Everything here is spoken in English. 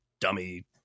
dummy